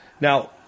Now